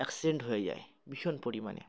accident হয়ে যায় ভীষণ পরিমাণে